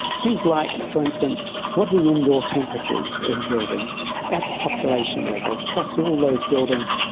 things like, for instance, what are the indoor temperatures in buildings at the population level across all those buildings,